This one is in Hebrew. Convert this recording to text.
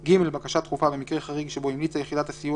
(ג) בקשה דחופה במקרה חריג שבו המליצה יחידת הסיוע